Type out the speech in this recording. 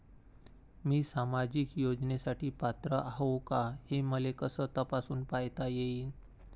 मी सामाजिक योजनेसाठी पात्र आहो का, हे मले कस तपासून पायता येईन?